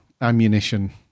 ammunition